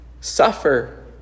suffer